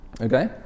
Okay